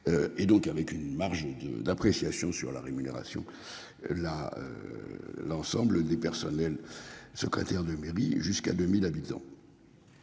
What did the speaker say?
Et donc avec une marge et de d'appréciation sur la rémunération. La. L'ensemble des personnels, secrétaire de mairie jusqu'à 2000 habitants.